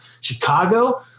Chicago